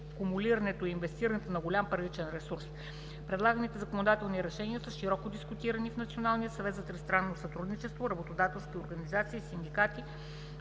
кумулирането и инвестирането на голям паричен ресурс. Предлаганите законодателни решения са широко дискутирани в Националния съвет за тристранно сътрудничество, работодателски организации, синдикати.